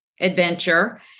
adventure